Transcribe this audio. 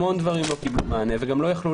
המון דברים לא קיבלו מענה וגם לא יכלו